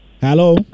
Hello